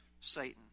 Satan